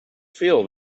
feel